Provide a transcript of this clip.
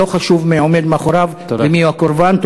לא חשוב מי עומד מאחוריו ומי הקורבן.